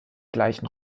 gleichen